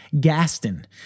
Gaston